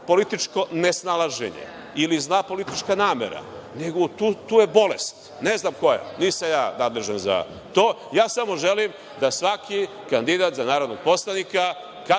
političko nesnalaženje ili zla politička namera, nego tu je bolest, ne znam koja, nisam ja nadležan za to. Ja samo želim da svaki kandidat za narodnog poslanika,